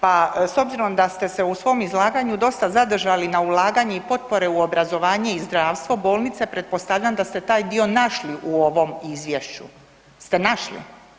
Pa s obzirom da ste se u svom izlaganju dosta zadržali na ulaganje i potpore u obrazovanje i zdravstvo bolnice, pretpostavljam da ste taj dio našli u ovom izvješću, ste našli?